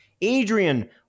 Adrian